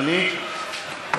אדוני,